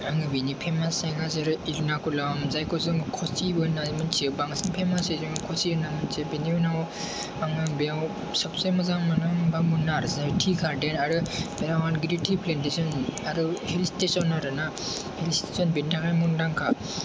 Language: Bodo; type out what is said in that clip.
आङो बिनि फेमास जायगा जेरै इरनाकुल्लाम जायखौ जोङो कची होननाबो मिथियो बांसिन फेमासै जोङो कशी होननानै मिथियो बेनि उनाव आङो बेयाव सबसे मोजां मोनो होनबा मुन्नार टि गार्देन आरो पेरामाइन्ट टि प्लान्त स्टेसन आरो हिल स्टेसन आरो ना हिल स्टेसन बेनि थाखाय मुंदांखा